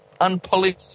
unpolished